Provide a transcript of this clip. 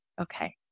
okay